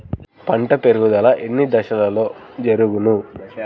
పంట పెరుగుదల ఎన్ని దశలలో జరుగును?